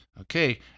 Okay